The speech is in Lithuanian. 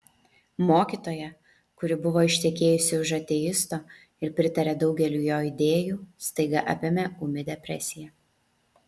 mokytoją kuri buvo ištekėjusi už ateisto ir pritarė daugeliui jo idėjų staiga apėmė ūmi depresija